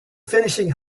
finishing